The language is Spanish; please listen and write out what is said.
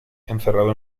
encerrado